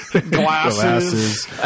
glasses